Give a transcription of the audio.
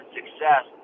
success